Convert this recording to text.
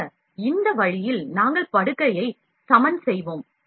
எனவே இந்த வழியில் நாங்கள் படுக்கையை சமன் செய்வோம்